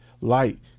light